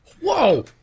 Whoa